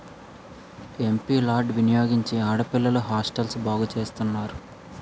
MP LAD వినియోగించి ఆడపిల్లల హాస్టల్ను బాగు చేస్తున్నారు